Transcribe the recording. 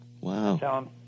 Wow